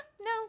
no